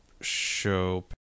show